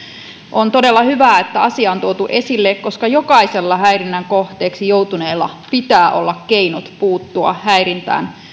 on todella hyvä että asia on tuotu esille koska jokaisella häirinnän kohteeksi joutuneella pitää olla keinot puuttua häirintään